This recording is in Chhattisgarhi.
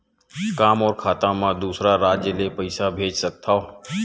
का मोर खाता म दूसरा राज्य ले पईसा भेज सकथव?